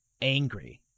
angry